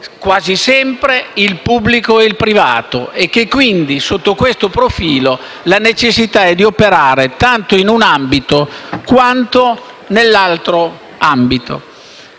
quasi sempre il pubblico e il privato e quindi, sotto questo profilo, la necessità è di operare tanto in un ambito, quanto nell'altro. Questo